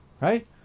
Right